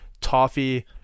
toffee